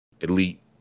elite